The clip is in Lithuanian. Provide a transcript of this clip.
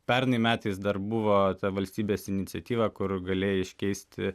pernai metais dar buvo ta valstybės iniciatyva kur galėjai iškeisti